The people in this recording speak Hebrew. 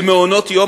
למעונות-יום.